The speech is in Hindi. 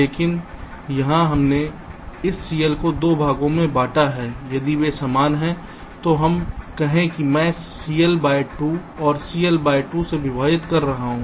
लेकिन यहां हमने इस CL को 2 भागों में बांटा है यदि वे समान हैं तो हम कहें कि मैं CL बाय 2 और CL बाय 2 से विभाजित कर रहा हूं